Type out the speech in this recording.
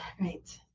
right